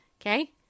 Okay